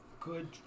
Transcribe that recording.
good